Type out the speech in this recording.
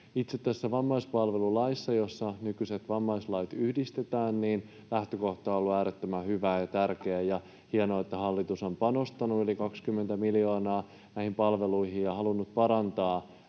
Itse tässä vammaispalvelulaissa, jossa nykyiset vammaislait yhdistetään, lähtökohta on ollut äärettömän hyvä ja tärkeä, ja on hienoa, että hallitus on panostanut yli 20 miljoonaa näihin palveluihin ja halunnut parantaa